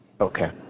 Okay